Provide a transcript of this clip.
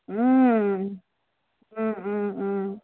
ওম ওম ওম ওম